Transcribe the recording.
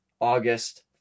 August